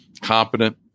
competent